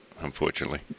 unfortunately